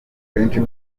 akenshi